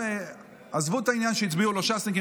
עזבו את העניין שהצביעו לו ש"סניקים,